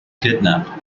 kidnapped